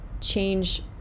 change